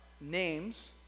names